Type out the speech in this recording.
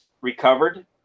recovered